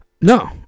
No